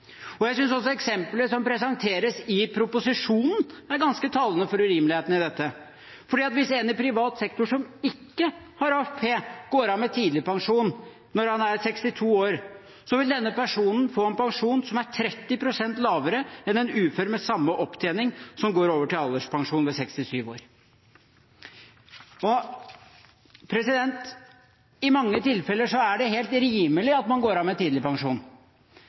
AFP-pensjonisten. Jeg synes også eksemplet som presenteres i proposisjonen, er ganske talende for urimeligheten i dette: Hvis en i privat sektor som ikke har AFP, går av med tidligpensjon når han er 62 år, vil denne personen få en pensjon som er 30 pst. lavere enn en ufør med samme opptjening, som går over til alderspensjon ved 67 år. I mange tilfeller er det helt rimelig at man går av med